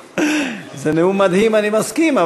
זה נאום מדהים, אני מסכים.